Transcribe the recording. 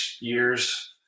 years